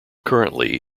currently